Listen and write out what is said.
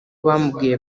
bamubwiye